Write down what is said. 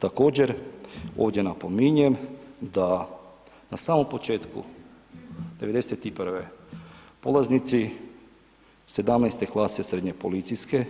Također ovdje napominjem da na samom početku 91. polaznici 17. klase srednje policijske